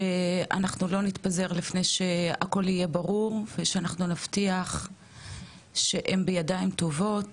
שאנחנו לא נתפזר לפני שהכל יהיה ברור ושאנחנו נבטיח שהם בידיים טובות,